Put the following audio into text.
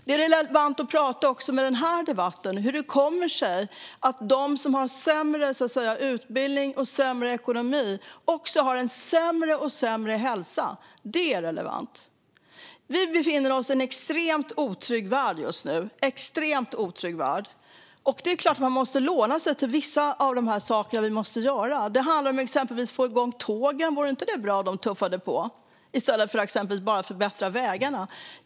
Det är också relevant att i den här debatten prata om hur det kommer sig att de som har sämre utbildning och ekonomi också har sämre och sämre hälsa. Vi befinner oss i en extremt otrygg värld just nu, och det är klart att Sverige då måste låna till några av de saker som måste göras. Det handlar till exempel om att få igång tågen. Vore det inte bra om de tuffade på i stället för att man bara förbättrar vägarna?